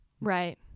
Right